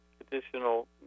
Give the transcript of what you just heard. additional